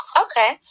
Okay